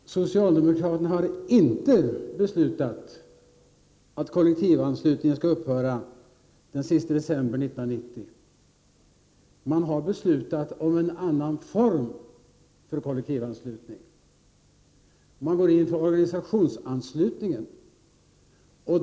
Herr talman! Socialdemokraterna har inte beslutat att kollektivanslutningen skall upphöra den 31 december 1990. Man har beslutat om en annan form för kollektivanslutningen. Man går in för organisationsanslutning.